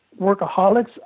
workaholics